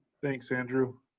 thanks, andrew.